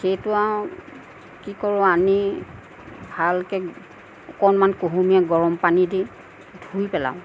সেইটো আৰু কি কৰোঁ আনি ভালকে অকণমান কুহুমীয়া গৰম পানী দি ধুই পেলাওঁ